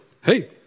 hey